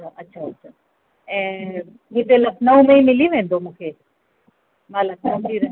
अच्छा अच्छा अच्छा ऐं हिते लखनऊ में ई मिली वेंदो मूंखे मां लखनऊ में रहंदी आहियां